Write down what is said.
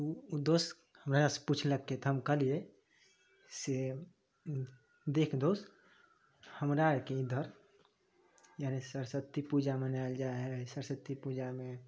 तऽ ओ दोस हमरा सँ पुछलकै तऽ हम कहलियै से देख दोस हमरा आरके ईधर यानी सरस्वती पूजा मनाएल जाइ है सरस्वती पूजामे